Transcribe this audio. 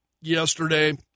Yesterday